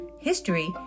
history